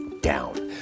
down